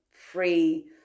free